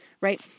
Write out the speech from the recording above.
right